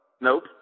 Nope